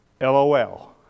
LOL